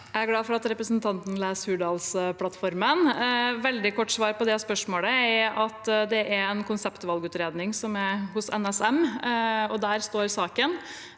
Jeg er glad for at representanten leser Hurdalsplattformen. Et veldig kort svar på spørsmålet er at det er en konseptvalgutredning som er hos NSM, og der står saken.